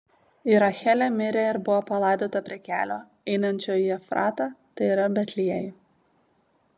ir rachelė mirė ir buvo palaidota prie kelio einančio į efratą tai yra betliejų